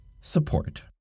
support